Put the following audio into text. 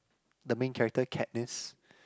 the main character Katniss